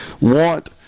want